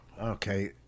Okay